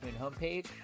homepage